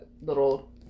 little